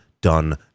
done